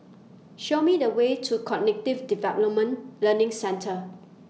Show Me The Way to Cognitive Development Learning Centre